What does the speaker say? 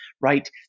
right